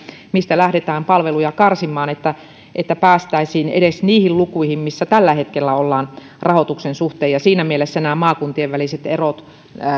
mistä lähdetään palveluja karsimaan että että päästäisiin edes niihin lukuihin missä tällä hetkellä ollaan rahoituksen suhteen siinä mielessä maakuntien väliset erot